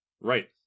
right